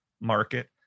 market